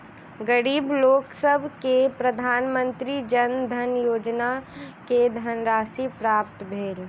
गरीब लोकसभ के प्रधानमंत्री जन धन योजना के धनराशि प्राप्त भेल